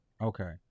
Okay